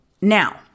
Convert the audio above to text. now